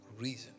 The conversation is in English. reason